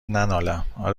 ننالم